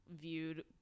viewed